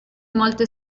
molte